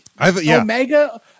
Omega